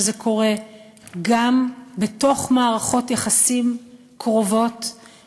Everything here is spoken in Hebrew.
שזה קורה גם בתוך מערכות יחסים קרובות,